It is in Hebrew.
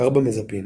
קרבמזפין